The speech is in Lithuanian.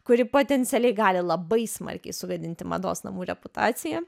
kuri potencialiai gali labai smarkiai sugadinti mados namų reputaciją